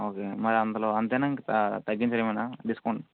okay మరంతలో అంతేనా ఇంక తగ్గించర ఏమైనా డిస్కౌంట్